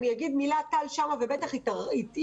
אני אגיד מילה, טל שם ובטח היא תרחיב.